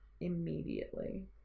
immediately